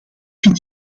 vind